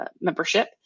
membership